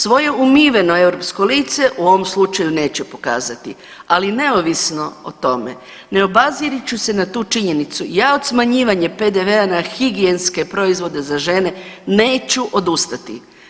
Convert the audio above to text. Svoje umiveno europsko lice u ovom slučaju neće pokazati, ali neovisno o tome ne obazirući se na tu činjenicu ja od smanjivanja PDV-a na higijenske proizvode za žene neću odustati.